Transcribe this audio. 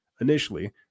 Initially